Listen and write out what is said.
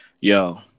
Yo